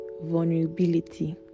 vulnerability